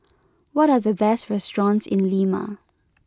what are the best restaurants in Lima